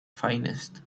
finest